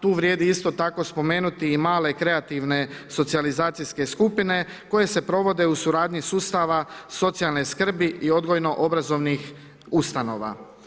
Tu vrijedi isto tako spomenuti i male kreativne socijalizacijske skupine koje se provode u suradnji sustava socijalne skrbi i odgojno-obrazovnih ustanova.